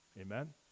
Amen